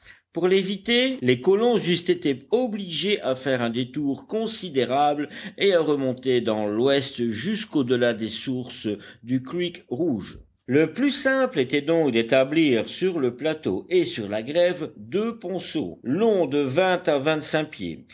pour l'éviter les colons eussent été obligés à faire un détour considérable et à remonter dans l'ouest jusqu'au delà des sources du creek rouge le plus simple était donc d'établir sur le plateau et sur la grève deux ponceaux longs de vingt à vingtcinq pieds